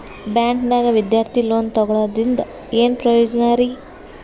ಬ್ಯಾಂಕ್ದಾಗ ವಿದ್ಯಾರ್ಥಿ ಲೋನ್ ತೊಗೊಳದ್ರಿಂದ ಏನ್ ಪ್ರಯೋಜನ ರಿ?